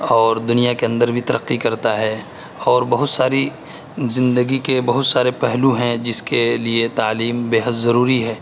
اور دنیا کے اندر بھی ترقّی کرتا ہے اور بہت ساری زندگی کے بہت سارے پہلو ہیں جس کے لیے تعلیم بے حد ضروری ہے